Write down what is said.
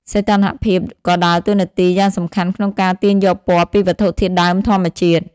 សីតុណ្ហភាពក៏ដើរតួនាទីយ៉ាងសំខាន់ក្នុងការទាញយកពណ៌ពីវត្ថុធាតុដើមធម្មជាតិ។